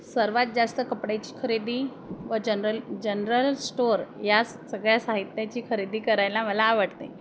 सर्वात जास्त कपड्याची खरेदी व जनरल जनरल स्टोअर या सगळ्या साहित्याची खरेदी करायला मला आवडते